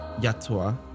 Yatua